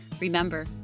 Remember